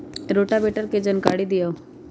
Rotavator के जानकारी दिआउ?